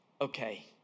okay